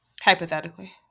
Hypothetically